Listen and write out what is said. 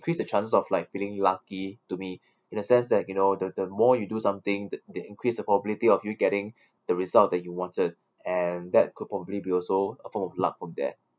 increase the chances of like feeling lucky to me in a sense that you know the the more you do something the they increase the probability of you getting the result that you wanted and that could probably be also a form of luck from there